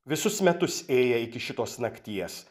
visus metus ėję iki šitos nakties